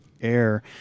air